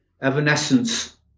Evanescence